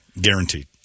Guaranteed